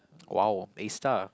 !wow! A star